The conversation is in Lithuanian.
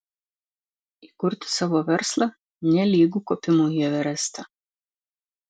įkurti savo verslą nelygu kopimui į everestą